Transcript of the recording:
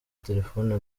telefone